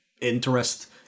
interest